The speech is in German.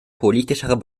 politischer